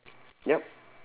yup